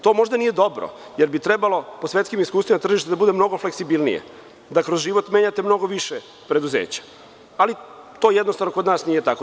To možda nije dobro, jer bi trebalo, po svetskim iskustvima, tržište da bude mnogo fleksibilnije, da kroz život menjate mnogo više preduzeća, ali to jednostavno kod nije tako.